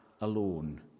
alone